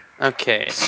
Okay